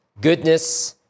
goodness